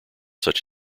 such